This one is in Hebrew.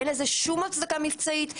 אין לזה שום הצדקה מבצעית.